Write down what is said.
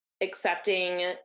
accepting